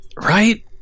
Right